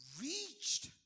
reached